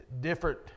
different